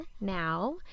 now